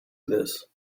this